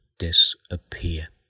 disappear